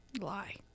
Lie